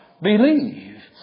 Believe